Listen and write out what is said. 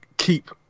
keep